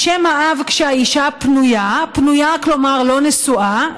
"שם האב כשהאישה פנויה" פנויה, כלומר לא נשואה.